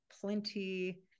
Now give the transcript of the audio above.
plenty